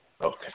Okay